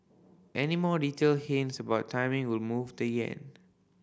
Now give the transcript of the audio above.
any more detailed hints about timing will move the yen